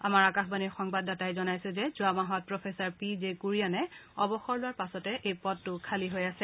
আমাৰ আকাশবাণীৰ সংবাদদাতাই জনাইছে যে যোৱা মাহত প্ৰোফেছৰ পি জে কুৰিয়ানে অৱসৰ লোৱাৰ পাছতে এই পদটো খালী হৈ আছে